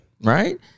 Right